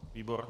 Výbor?